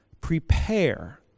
prepare